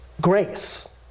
grace